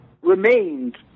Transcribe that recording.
remained